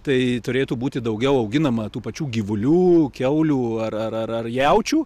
tai turėtų būti daugiau auginama tų pačių gyvulių kiaulių ar ar ar jaučių